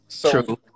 True